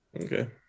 Okay